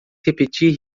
repetir